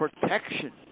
protection